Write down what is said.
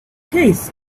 case